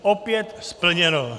Opět splněno.